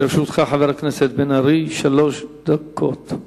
לרשותך, חבר הכנסת בן-ארי, שלוש דקות.